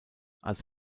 als